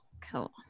cool